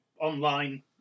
Online